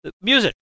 Music